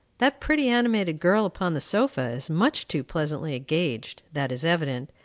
that pretty, animated girl upon the sofa is much too pleasantly engaged, that is evident,